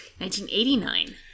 1989